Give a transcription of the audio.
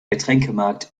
getränkemarkt